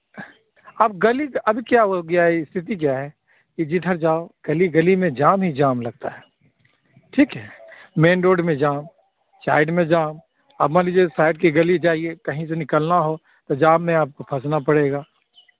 अभी गली का अभी क्या हो गया है स्थिति क्या है कि जिधर जाओ गली गली में जाम ही जाम लगता है ठीक है मैन रोड में जहाँ साइड में जाम अब मान लीजिए साइड की गली जाईए कहीं से निकलना हो तो जाम में आपको फँसना पड़ेगा